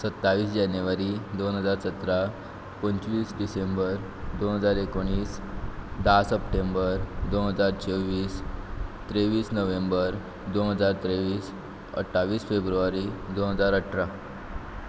सत्तावीस जानेवारी दोन हजार सतरा पंचवीस डिसेंबर दोन हजार एकोणीस धा सप्टेंबर दोन हजार चोव्वीस तेव्वीस नोव्हेंबर दोन हजार तेल्वीस अठ्ठावीस फेब्रुवारी दोन हजार अठरा